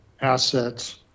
assets